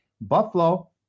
buffalo